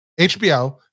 HBO